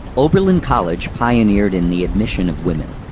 oberlin college pioneered in the admission of women.